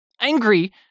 angry